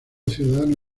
ciudadano